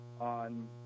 on